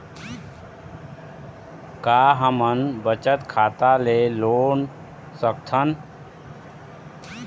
का हमन बचत खाता ले लोन सकथन?